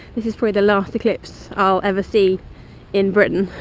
this is probably the last eclipse i'll ever see in britain.